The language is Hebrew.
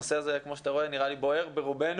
הנושא כמו שאתה רואה נראה לי שבוער ברובנו.